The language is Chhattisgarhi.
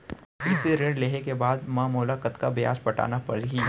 कृषि ऋण लेहे के बाद म मोला कतना ब्याज पटाना पड़ही?